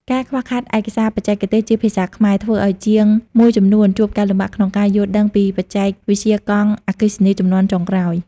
ការខ្វះខាតឯកសារបច្ចេកទេសជាភាសាខ្មែរ ធ្វើឱ្យជាងមួយចំនួនជួបការលំបាកក្នុងការយល់ដឹងពីបច្ចេកវិទ្យាកង់អគ្គិសនីជំនាន់ចុងក្រោយ។